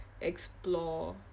explore